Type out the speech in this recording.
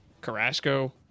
Carrasco